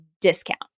discount